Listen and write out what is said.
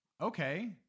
okay